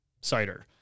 Cider